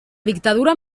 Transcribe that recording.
dictadura